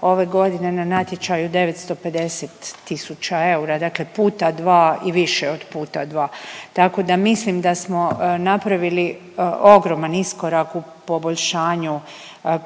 ove godine na natječaju 950 tisuća eura, dakle puta dva i više od puta dva. Tako da mislim da smo napravili ogroman iskorak u poboljšanju